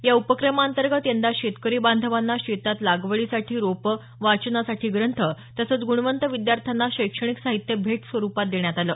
या उपक्रमातंर्गत यंदा शेतकरी बांधवांना शेतात लागवडीसाठी रोपं वाचनासाठी ग्रंथ तसंच गुणवंत विद्यार्थ्यांना शैक्षणिक साहित्य भेट स्वरुपात देण्यात आलं